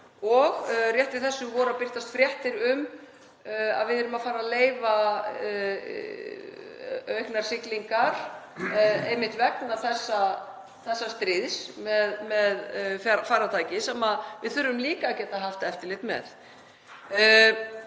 og rétt í þessu voru að birtast fréttir um að við yrðum að fara að leyfa auknar siglingar, einmitt vegna þessa stríðs, með farartæki sem við þurfum líka að geta haft eftirlit með.